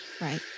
Right